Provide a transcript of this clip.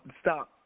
stop